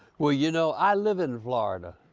well you know i, live in florida.